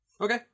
Okay